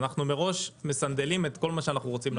אנחנו מראש מסנדלים את כל מה שאנחנו רוצים לעשות.